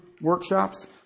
workshops